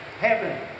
Heaven